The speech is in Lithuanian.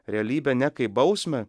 realybę ne kaip bausmę